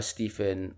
Stephen